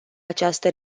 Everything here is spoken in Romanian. această